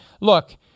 look